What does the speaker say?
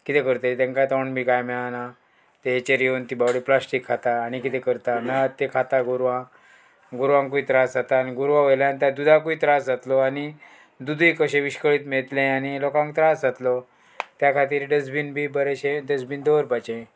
कितें करताय तांकां तोंड बी कांय मेळना तें हेचेर येवन ती बाबडी प्लास्टीक खाता आनी कितें करता मेळत तें खाता गोरवां गोरवांकूय त्रास जाता आनी गोरवां वयल्यान तें दुदाकूय त्रास जातलो आनी दुदूय कशे विश्खळीत मेळतलें आनी लोकांक त्रास जातलो त्या खातीर डस्टबीन बी बरेशे डस्बीन दवरपाचे